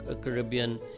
Caribbean